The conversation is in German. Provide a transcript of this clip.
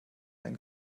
einen